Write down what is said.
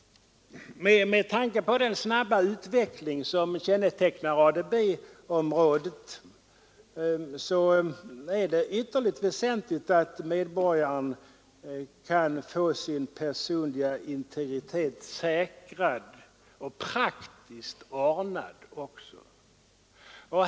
Med tanke på den snabba utveckling som kännetecknar ADB-området är det ytterst väsentligt att medborgaren kan få sin personliga integritet säkrad och även praktiskt ordnad.